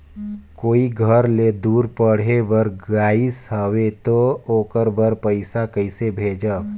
कोई घर ले दूर पढ़े बर गाईस हवे तो ओकर बर पइसा कइसे भेजब?